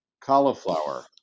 Cauliflower